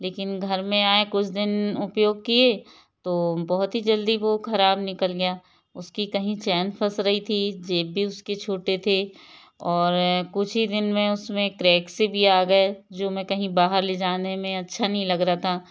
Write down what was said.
लेकिन घर में आए कुछ दिन उपयोग किये तो बहुत ही जल्दी वो खराब निकल गया उसकी कहीं चैन फंस रही थी जेब भी उसके छोटे थे और कुछ ही दिन में उसमें क्रेक्स भी आ गए जो मैं कहीं बाहर ले जाने में अच्छा नहीं लग रहा था